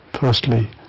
Firstly